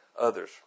others